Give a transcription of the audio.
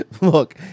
Look